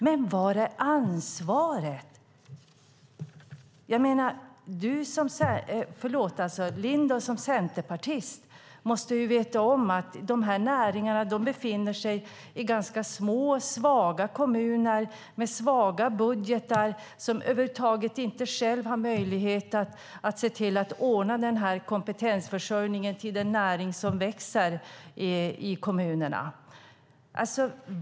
Men var är ansvaret? Förlåt, men Helena Lindahl måste ju som centerpartist veta om att dessa näringar befinner sig i ganska små och svaga kommuner med svaga budgetar som över huvud taget inte själva har möjlighet att se till att ordna kompetensförsörjningen till den näring som växer i kommunerna.